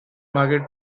marguerite